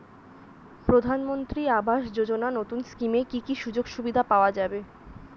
প্রধানমন্ত্রী আবাস যোজনা নতুন স্কিমে কি কি সুযোগ সুবিধা পাওয়া যাবে?